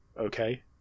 okay